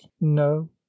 no